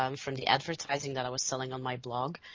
um from the advertising that i was selling on my blog,